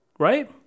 right